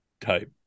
Type